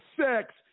sex